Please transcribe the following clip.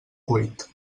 cuit